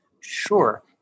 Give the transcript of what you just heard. Sure